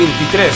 23